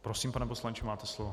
Prosím, pane poslanče, máte slovo.